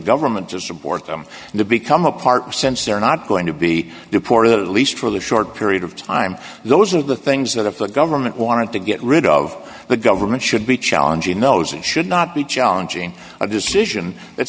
government to support them and to become a partner since they're not going to be deported at least for the short period of time those are the things that if the government wanted to get rid of the government should be challenging knows it should not be challenging a decision